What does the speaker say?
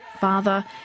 father